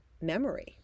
memory